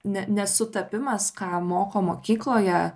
ne nesutapimas ką moko mokykloje